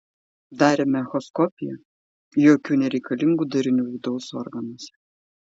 darėme echoskopiją jokių nereikalingų darinių vidaus organuose